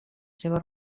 seva